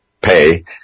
pay